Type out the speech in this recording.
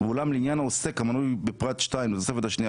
ואולם לעניין העוסק המנוי בפרט 2 לתוספת השנייה,